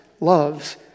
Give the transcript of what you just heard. loves